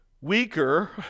weaker